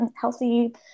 healthy